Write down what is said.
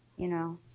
you know.